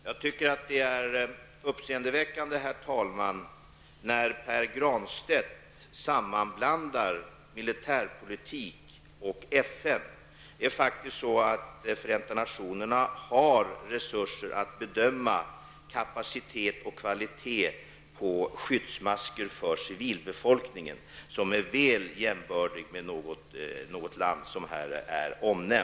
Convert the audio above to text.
Herr talman! Jag tycker att det är uppseendeväckande att Pär Granstedt sammanblandar militärpolitik och Förenta nationerna. Förenta nationerna har faktiskt resurser att bedöma kapacitet och kvalitet på skyddsmasker för civilbefolkningen lika bra som något här omnämnt land.